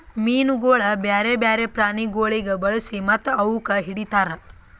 ಮೀನುಗೊಳ್ ಬ್ಯಾರೆ ಬ್ಯಾರೆ ಪ್ರಾಣಿಗೊಳಿಗ್ ಬಳಸಿ ಮತ್ತ ಅವುಕ್ ಹಿಡಿತಾರ್